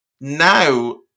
Now